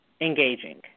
engaging